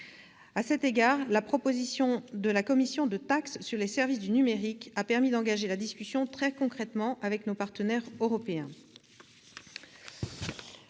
À cet égard, la proposition de la Commission de taxe sur les services du numérique a permis d'engager la discussion très concrètement avec nos partenaires européens.